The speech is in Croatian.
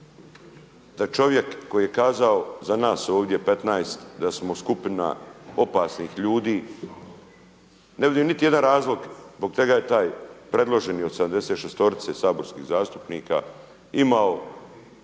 da čovjek koji je kazao za nas ovdje 15 da smo skupina opasnih ljudi. Ne vidim niti jedan razlog zbog čega je taj predloženi od 76-orice saborskih zastupnika imao